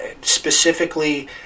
specifically